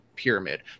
pyramid